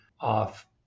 off